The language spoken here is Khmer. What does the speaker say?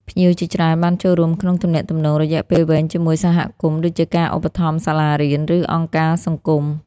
ភ្ញៀវជាច្រើនបានចូលរួមក្នុងទំនាក់ទំនងរយៈពេលវែងជាមួយសហគមន៍ ដូចជាការឧបត្ថម្ភសាលារៀន ឬអង្គការសង្គម។